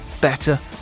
better